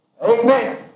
Amen